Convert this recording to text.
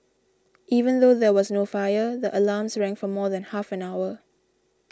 even though there was no fire the alarms rang for more than half an hour